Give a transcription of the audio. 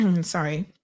sorry